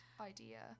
idea